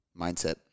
Mindset